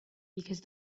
because